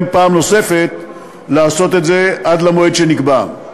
פעם נוספת לעשות את זה עד למועד שנקבע.